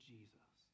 Jesus